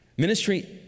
Ministry